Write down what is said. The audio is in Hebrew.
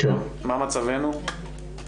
מה מצבנו?